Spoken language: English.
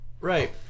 Right